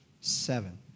seven